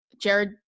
Jared